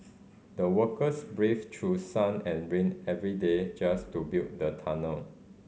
the workers braved through sun and rain every day just to build the tunnel